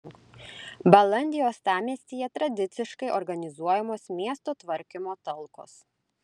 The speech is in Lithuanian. balandį uostamiestyje tradiciškai organizuojamos miesto tvarkymo talkos